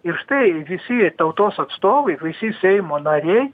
ir štai visi tautos atstovai visi seimo nariai